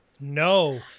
No